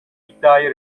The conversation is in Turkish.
iddiayı